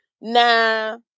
nah